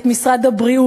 את משרד הבריאות,